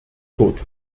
tot